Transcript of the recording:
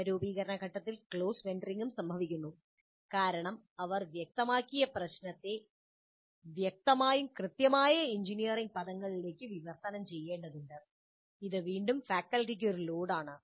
പ്രശ്ന രൂപീകരണ ഘട്ടത്തിൽ ക്ലോസ് മെന്ററിംഗും സംഭവിക്കുന്നു കാരണം അവർ വ്യക്തമാക്കിയ പ്രശ്നത്തെ വ്യക്തമായും കൃത്യമായ എഞ്ചിനീയറിംഗ് പദങ്ങളിലേക്ക് വിവർത്തനം ചെയ്യേണ്ടതുണ്ട് ഇത് വീണ്ടും ഫാക്കൽറ്റികൾക്ക് ഒരു ലോഡാണ്